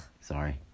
Sorry